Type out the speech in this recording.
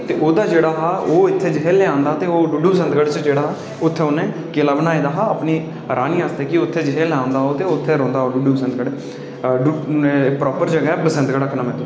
ते इत्थै जिसलै आंदा हा ते डूड्डू बसंत गढ़ च उत्थै ओह् किला बनाया हा अपनी रानी आस्तै ते उत्थै गै रौंह्दा हा उत्थै डुड्डू बसंत गढ़ ओह् प्रॉपर जगह् ऐ बसंत गढ़ आखदे उस्सी